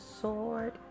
sword